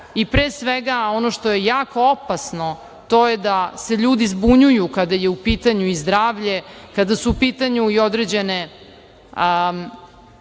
Pre svega, ono što je jako opasno, a to je da se ljudi zbunjuju kada je u pitanju zdravlje, kada su u pitanju određene